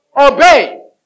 Obey